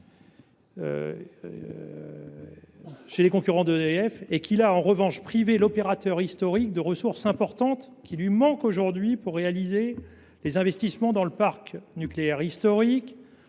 chez les concurrents d’EDF, mais qui a, en revanche, privé l’opérateur historique de ressources importantes qui lui manquent maintenant pour réaliser les investissements dans le parc nucléaire historique,